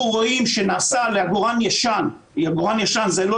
אנחנו רואים שעל עגורן ישן ועגורן ישן זה לא